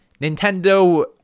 Nintendo